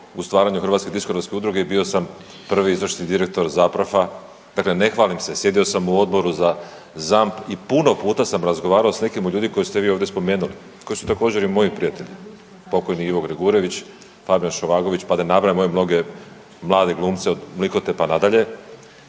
u stvaranju Hrvatske diskografske udruge i bio sam prvi izvršni direktor ZAPRAF-a dakle ne hvalim se, sjedio sam u Odboru za ZAMP i puno puta sam razgovarao s nekim od ljudi koje ste vi ovdje spomenuli, koji su također i moji prijatelji. Pokojni Ivo Gregurević, Fabijan Šovagović pa da ne nabrajam … mnoge mlade glumce od Mlikote pa nadalje